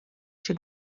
się